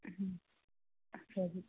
ಸರಿ